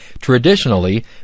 Traditionally